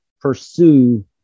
pursue